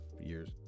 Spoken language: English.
Years